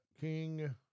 King